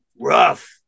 rough